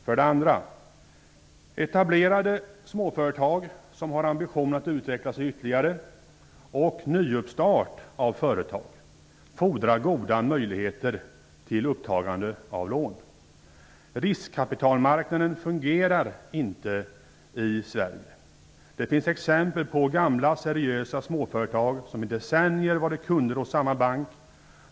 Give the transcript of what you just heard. För det andra: Etablerade småföretag som har ambitioner att utvecklas ytterligare och nystart av företag fordrar goda möjligheter till upptagande av lån. Riskkapitalmarknaden fungerar inte i Sverige. Det finns exempel på gamla, seriösa småföretag som i decennier varit kunder hos samma bank.